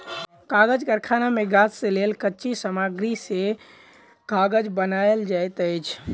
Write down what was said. कागज़ कारखाना मे गाछ से लेल कच्ची सामग्री से कागज़ बनायल जाइत अछि